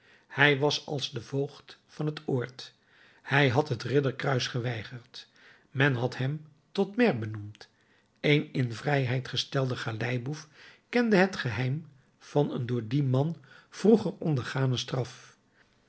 hij was als de voogd van het oord hij had het ridderkruis geweigerd men had hem tot maire benoemd een in vrijheid gestelde galeiboef kende het geheim van een door dien man vroeger ondergane straf